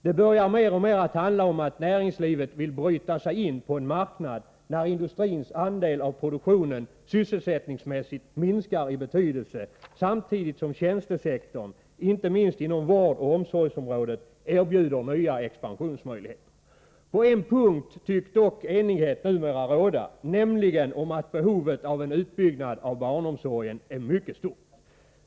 Det börjar mer och mer att handla om att näringslivet vill bryta sig in på en ny marknad, när industrins andel av produktionen sysselsättningsmässigt minskar i betydelse samtidigt som tjänstesektorn — inte minst inom vårdoch omsorgsområdet — erbjuder nya expansionsmöjligheter. På en punkt tycks enighet numera råda, nämligen att behovet av en utbyggnad av barnomsorgen är mycket stort.